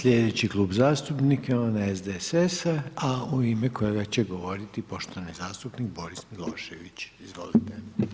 Slijedeći klub zastupnika, onaj SDSS-a, a u ime kojega će govoriti poštovani zastupnik Boris Milošević, izvolite.